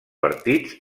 partits